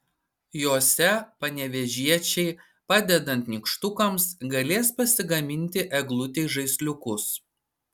jose panevėžiečiai padedant nykštukams galės pasigaminti eglutei žaisliukus